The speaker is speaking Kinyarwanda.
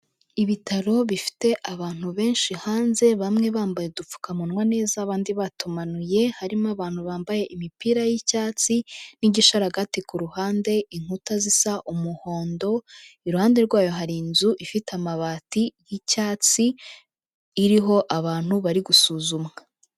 Ibitaro bifite abantu benshi hanze, bamwe bambaye udupfukamunwa neza, abandi batumanuye, harimo abantu bambaye imipira y'icyatsi n'igisharagati ku ruhande, inkuta zisa umuhondo, iruhande rwayo hari inzu ifite amabati y'icyatsi, iriho abantu bari gusuzumwa.